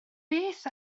beth